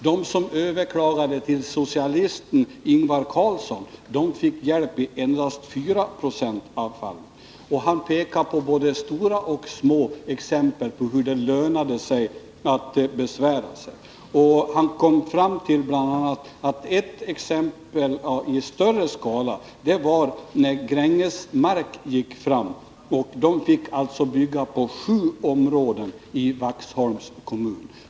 De som överklagade till ”socialisten Ingvar Carlsson” fick hjälp i endast 4 96 av fallen. Bengt Malmsten pekade på både stora och små exempel på hur det lönade sig att besvära sig. Han kom bl.a. fram till att Gränges Marks tillstånd att bygga i sju områden i Vaxholms kommun var ett exempel i större skala.